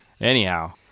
anyhow